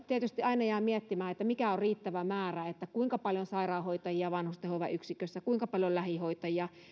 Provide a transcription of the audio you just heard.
tietysti aina jää miettimään mikä on riittävä määrä kuinka paljon sairaanhoitajia vanhustenhoivayksikössä kuinka paljon lähihoitajia